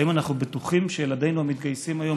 האם אנחנו בטוחים שילדינו המתגייסים היום